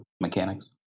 mechanics